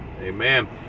Amen